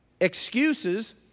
excuses